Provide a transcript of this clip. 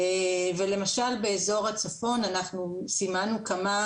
למשל, באזור הצפון אנחנו סימנו כמה